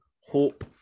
hope